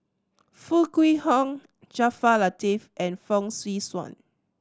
Foo Kwee Horng Jaafar Latiff and Fong Swee Suan